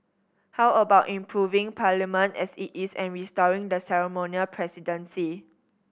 how about improving Parliament as it is and restoring the ceremonial presidency